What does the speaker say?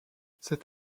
cet